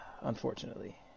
unfortunately